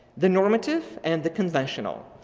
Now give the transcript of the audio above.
the normative and the conventional.